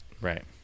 Right